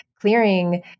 clearing